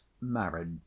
married